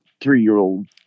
three-year-old